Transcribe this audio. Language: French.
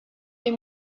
des